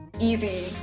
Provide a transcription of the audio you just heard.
Easy